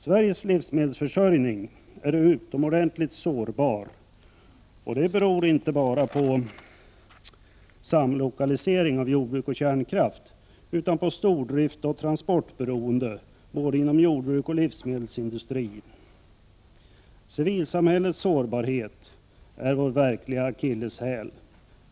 Sveriges livsmedelsförsörjning är utomordentligt sårbar, och det beror inte bara på samlokalisering av jordbruk och kärnkraft utan på stordrift och transportberoende inom både jordbruk och livsmedelsindustri. Civilsamhällets sårbarhet är vår verkliga akilleshäl.